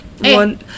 one